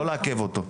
לא לעכב אותו.